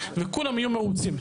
וכולם יהיו מרוצים.